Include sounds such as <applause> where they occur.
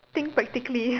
think practically <laughs>